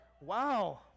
Wow